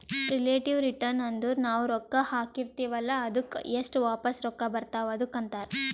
relative return ಅಂದುರ್ ನಾವು ರೊಕ್ಕಾ ಹಾಕಿರ್ತಿವ ಅಲ್ಲಾ ಅದ್ದುಕ್ ಎಸ್ಟ್ ವಾಪಸ್ ರೊಕ್ಕಾ ಬರ್ತಾವ್ ಅದುಕ್ಕ ಅಂತಾರ್